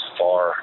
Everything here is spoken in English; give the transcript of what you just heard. far